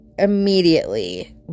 immediately